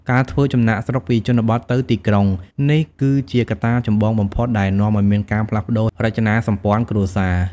ការធ្វើចំណាកស្រុកពីជនបទទៅទីក្រុង: នេះគឺជាកត្តាចម្បងបំផុតដែលនាំឱ្យមានការផ្លាស់ប្ដូររចនាសម្ព័ន្ធគ្រួសារ។